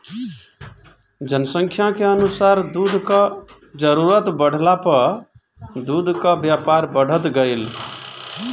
जनसंख्या के अनुसार दूध कअ जरूरत बढ़ला पअ दूध कअ व्यापार बढ़त गइल